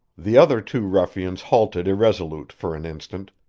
the other two ruffians halted irresolute for an instant,